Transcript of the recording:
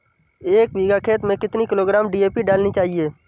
एक बीघा खेत में कितनी किलोग्राम डी.ए.पी डालनी चाहिए?